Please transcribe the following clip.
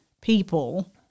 people